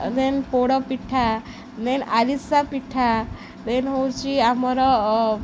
ଦେନ୍ poda pitha then arisa pitha then ହେଉଛି ଆମର